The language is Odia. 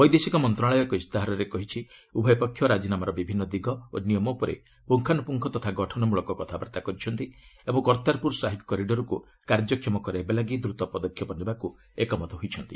ବୈଦେଶିକ ମନ୍ତ୍ରଣାଳୟ ଏକ ଇସ୍ତାହାରରେ କହିଛି ଉଭୟ ପକ୍ଷ ରାଜିନାମାର ବିଭିନ୍ନ ଦିଗ ଓ ନିୟମ ଉପରେ ପୁଙ୍ଗାନୁପୁଙ୍ଗ ତଥା ଗଠନ ମୂଳକ କଥାବାର୍ତ୍ତା କରିଛନ୍ତି ଏବଂ କର୍ତ୍ତାରପୁର ସାହିବ୍ କରିଡ଼ରକୁ କାର୍ଯ୍ୟକ୍ଷମ କରାଇବା ଲାଗି ଦ୍ରତ ପଦକ୍ଷେପ ନେବାକୁ ଏକମତ ହୋଇଛନ୍ତି